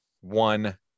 one